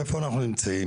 איפה אנחנו נמצאים?